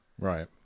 Right